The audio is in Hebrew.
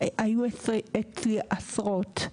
היו אצלי עשרות.